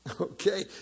Okay